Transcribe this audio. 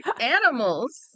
animals